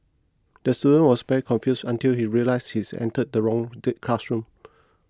the student was very confused until he realised he is entered the wrong the classroom